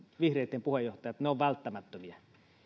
vihreitten puheenjohtaja että ne ovat välttämättömiä